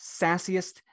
sassiest